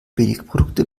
billigprodukte